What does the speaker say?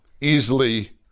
Easily